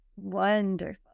Wonderful